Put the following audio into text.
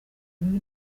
mibi